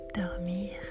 dormir